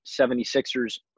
76ers